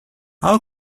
our